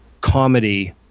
comedy